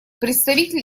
представитель